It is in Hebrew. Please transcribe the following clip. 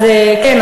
אז כן,